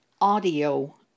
Audio